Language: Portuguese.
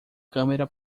câmera